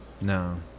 No